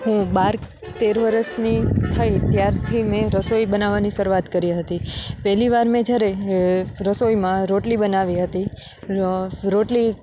હું બાર તેર વરસની થઈ ત્યારથી મેં રસોઈ બનાવવાની શરૂઆત કરી હતી પહેલી વાર મેં જ્યારે રસોઈમાં રોટલી બનાવી હતી રોટલી